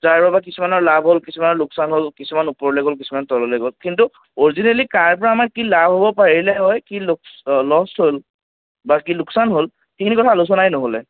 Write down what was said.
যাৰ বাবে কিছুমানৰ লাভ হ'ল কিছুমানৰ লোকচান হ'ল কিছুমান ওপৰলৈ গ'ল কিছুমান তললৈ গ'ল কিন্তু অৰিজিনেলি কা ৰ পৰা আমাৰ কি লাভ হ'ব পাৰিলে হয় কি ল লষ্ট হ'ল বা কি লোকচান হ'ল সেইখিনি কথা আলোচনাই নহ'লে